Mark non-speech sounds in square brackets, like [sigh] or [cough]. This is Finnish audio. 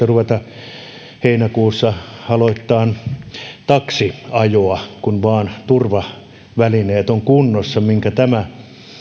[unintelligible] ruveta heinäkuussa aloittamaan taksiajoa kun vain turvavälineet ovat kunnossa minkä tämä